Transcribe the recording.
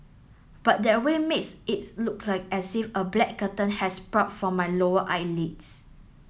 but that way makes its look as if a black curtain has sprout from my lower eyelids